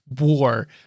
war